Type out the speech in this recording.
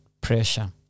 Pressure